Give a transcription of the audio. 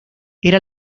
era